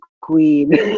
queen